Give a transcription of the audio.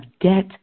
debt